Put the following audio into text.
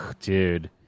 dude